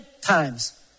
times